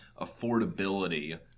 affordability